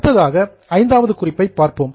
அடுத்ததாக ஐந்தாவது குறிப்பை பார்ப்போம்